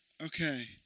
Okay